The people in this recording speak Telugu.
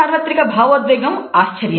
అయిదవ సార్వత్రిక భావోద్వేగం ఆశ్చర్యం